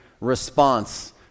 response